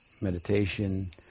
meditation